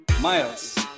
Miles